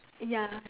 ya